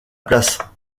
place